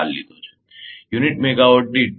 અને લીધો છે યુનિટ મેગાવાટ દીઠ 2